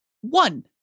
one